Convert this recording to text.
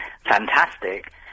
fantastic